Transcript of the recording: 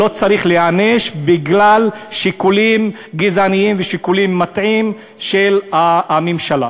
לא צריך להיענש בגלל שיקולים גזעניים ושיקולים מטעים של הממשלה.